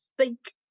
speak